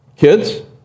Kids